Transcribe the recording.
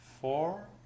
four